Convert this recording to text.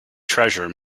treasure